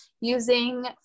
using